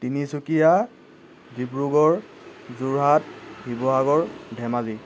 Tinsukia Dibrugarh Jorhat Sivasagar Dhemaji